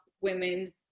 women